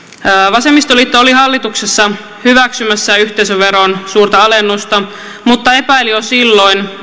vasemmistoliitto oli hallituksessa hyväksymässä yhteisöveron suurta alennusta mutta epäili jo silloin